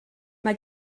mae